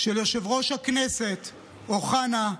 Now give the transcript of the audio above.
של יושב-ראש הכנסת אוחנה,